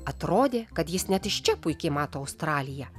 atrodė kad jis net iš čia puikiai mato australiją